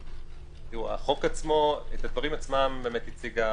את הדברים עצמם הציגה